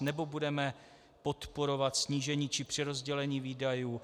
Nebo budeme podporovat snížení či přerozdělení výdajů?